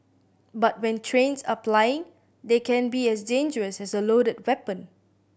but when trains are plying they can be as dangerous as a loaded weapon